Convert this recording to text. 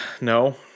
No